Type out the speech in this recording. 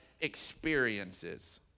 experiences